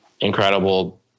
incredible